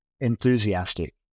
enthusiastic